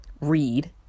read